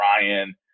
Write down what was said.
Ryan